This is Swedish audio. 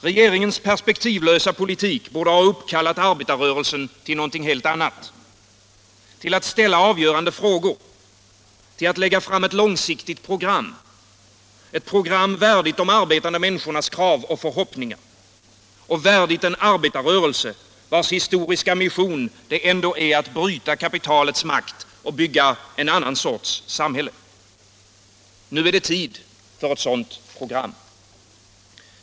Regeringens perspektivlösa politik borde ha uppkallat arbetarrörelsen till något annat: till att ställa avgörande frågor, till att lägga fram ett långsiktigt program — ett program värdigt de arbetande människornas krav och förhoppningar och värdigt en arbetarrörelse, vars historiska mission ändå är att bryta kapitalets makt och bygga en annan sorts samhälle. Nu är det tid för ett sådant program.